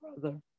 brother